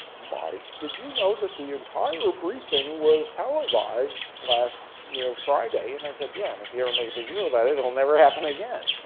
mike, did you know that the entire briefing was televised last you know friday? and i said, yeah, and if you make a big deal about it, it will never happen again.